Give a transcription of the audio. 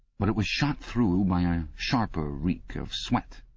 but it was shot through by a sharper reek of sweat,